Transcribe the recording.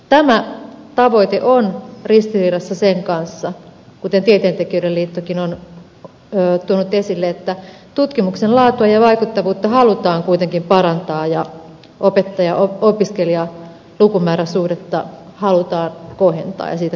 tämä tavoite on ristiriidassa sen kanssa kuten tieteentekijöiden liittokin on tuonut esille että tutkimuksen laatua ja vaikuttavuutta halutaan kuitenkin parantaa ja opettajaopiskelija lukumääräsuhdetta halutaan kohentaa ja siitä kannetaan huolta